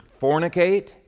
fornicate